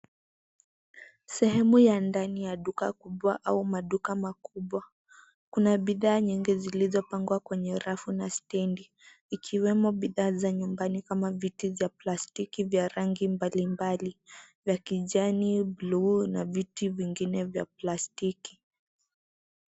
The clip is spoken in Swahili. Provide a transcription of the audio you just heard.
Sehemu ya ndani ya duka kubwa au maduka makubwa. Kuna bidhaa nyingi zilizopangwa kwenye rafu na stand ikiwemo bidhaa za nyumbani kama viti za plastiki vya rangi mbalimbali vya kijani ,buluu na viti vingine vya plastiki.